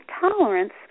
tolerance